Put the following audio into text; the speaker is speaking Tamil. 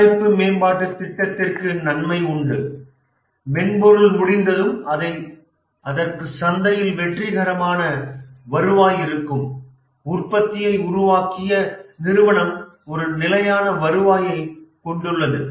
தயாரிப்பு மேம்பாட்டுத் திட்டத்திற்கு நன்மை உண்டு மென்பொருள் முடிந்ததும் அதற்கு சந்தையில் வெற்றிகரமான வருவாய் இருக்கும் உற்பத்தியை உருவாக்கிய நிறுவனம் ஒரு நிலையான வருவாயைக் கொண்டுள்ளது